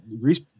Grease